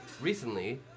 recently